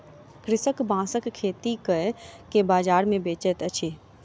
कृषक बांसक खेती कय के बाजार मे बेचैत अछि